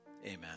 Amen